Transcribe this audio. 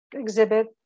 exhibit